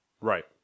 Right